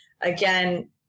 Again